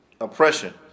oppression